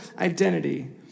identity